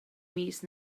mis